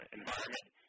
environment